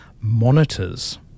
monitors